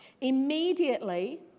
Immediately